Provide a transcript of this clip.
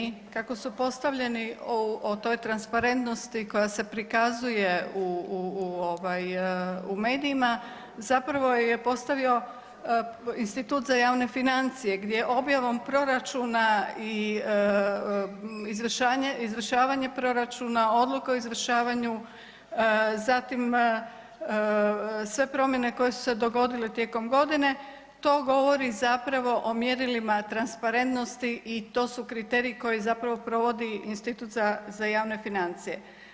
Naši kriteriji kako su postavljeni u toj transparentnosti koja se prikazuje u medijima zapravo je postavio Institut za javne financije, gdje je objavom proračuna i izvršavanje proračuna, odluka o izvršavanju zatim sve promjene koje su se dogodile tijekom godine to govori zapravo o mjerilima transparentnosti i to su kriteriji koje zapravo provodi Institut za javne financije.